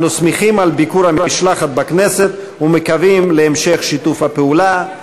אנו שמחים על ביקור המשלחת בכנסת ומקווים להמשך שיתוף הפעולה.